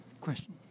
question